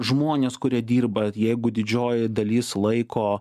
žmonės kurie dirba jeigu didžioji dalis laiko